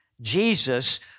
Jesus